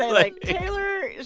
like, taylor,